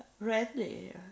ready